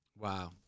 Wow